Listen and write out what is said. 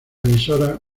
emisora